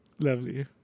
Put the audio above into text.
Lovely